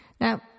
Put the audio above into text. Now